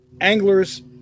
anglers